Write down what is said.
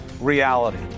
reality